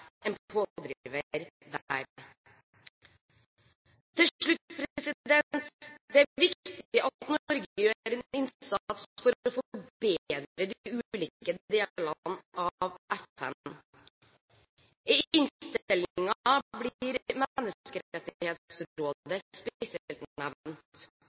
en pådriver der. Til slutt: Det er viktig at Norge gjør en innsats for å forbedre de ulike delene av FN. I innstillingen blir